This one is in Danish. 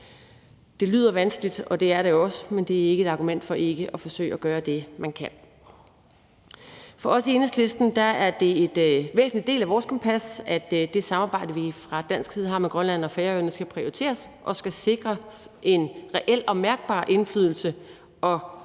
Det lyder vanskeligt, og det er det også, men det er ikke et argument for ikke at forsøge at gøre det, man kan. For os i Enhedslisten er det en væsentlig del af vores kompas, at det samarbejde, vi fra dansk side har med Grønland og Færøerne, skal prioriteres og sikres en reel og mærkbar indflydelse og selvbestemmelse,